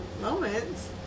moments